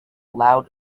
loud